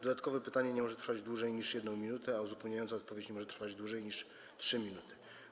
Dodatkowe pytanie nie może trwać dłużej niż 1 minutę, a uzupełniająca odpowiedź nie może trwać dłużej niż 3 minuty.